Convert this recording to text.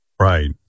Right